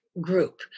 group